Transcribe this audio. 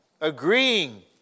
Agreeing